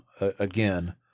again